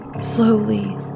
Slowly